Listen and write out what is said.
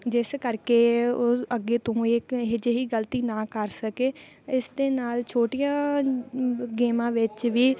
ਜਿਸ ਕਰਕੇ ਉਹ ਅੱਗੇ ਤੋਂ ਇੱਕ ਅਜਿਹੀ ਗਲਤੀ ਨਾ ਕਰ ਸਕੇ ਇਸ ਦੇ ਨਾਲ ਛੋਟੀਆਂ ਗੇਮਾਂ ਵਿੱਚ ਵੀ